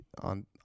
on –